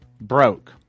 broke